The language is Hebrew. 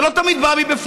זה לא תמיד בא מבפנים,